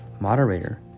Moderator